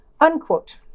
unquote